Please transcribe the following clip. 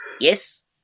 Yes